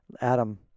Adam